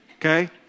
Okay